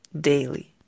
daily